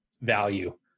value